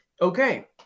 Okay